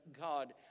god